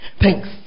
thanks